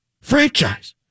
franchise